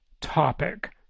topic